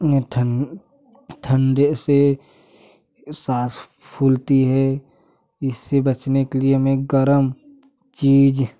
में ठण्ड ठन्डे से साँस फूलती है इससे बचने के लिए हमें गर्म चीज़